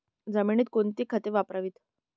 जमिनीत कोणती खते वापरावीत?